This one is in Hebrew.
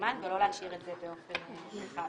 הזמן ולא להשאיר את זה באופן רחב.